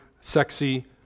sexy